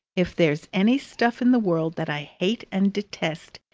if there's any stuff in the world that i hate and detest,